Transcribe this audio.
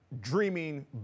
dreaming